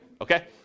okay